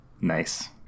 Nice